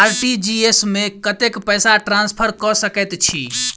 RTGS मे कतेक पैसा ट्रान्सफर कऽ सकैत छी?